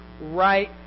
right